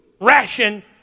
Ration